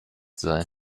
sei